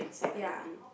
ya